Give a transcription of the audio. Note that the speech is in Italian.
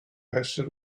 essere